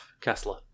Kessler